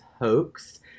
Hoax